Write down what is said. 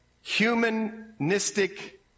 humanistic